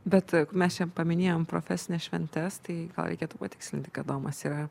bet mes čia paminėjom profesines šventes tai gal reikėtų patikslinti kad domas yra